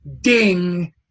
ding